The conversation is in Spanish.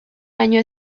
año